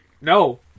No